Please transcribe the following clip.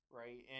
right